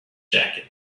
jacket